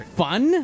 fun